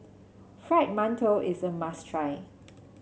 Fried Mantou is a must try